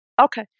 Okay